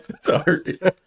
Sorry